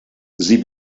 sie